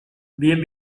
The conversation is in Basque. bien